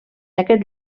aquest